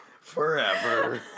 Forever